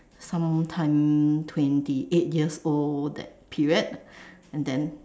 sometime twenty eight years old that period and then